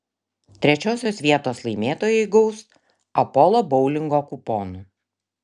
trečiosios vietos laimėtojai gaus apolo boulingo kuponų